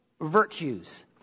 virtues